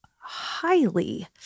highly